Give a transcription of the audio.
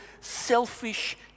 selfish